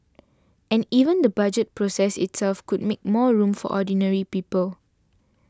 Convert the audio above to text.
and even the Budget process itself could make more room for ordinary people